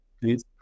please